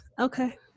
okay